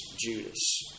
Judas